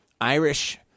Irish